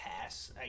pass